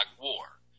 war